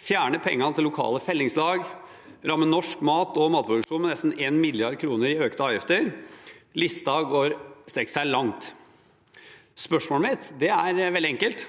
fjerner pengene til lokale fellingslag, og en rammer norsk mat og matproduksjon med nesten 1 mrd. kr i økte avgifter. Lista strekker seg langt. Spørsmålet mitt er veldig enkelt: